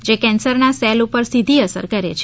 જે કેન્સરના સેલ પર સીધી અસર કરે છે